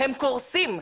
הם קורסים.